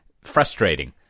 frustrating